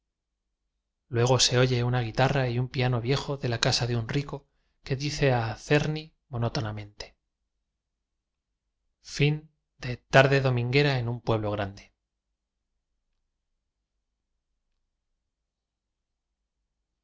luego se oye una guitarra y un piano viejo de la casa de un ric o que dice a czerny monótonamente